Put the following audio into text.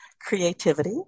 creativity